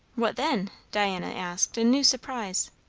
what then? diana asked in new surprise.